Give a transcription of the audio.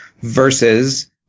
Versus